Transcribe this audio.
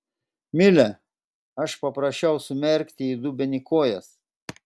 mile aš paprašiau sumerkti į dubenį kojas